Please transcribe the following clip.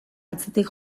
atzetik